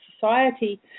society